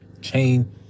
chain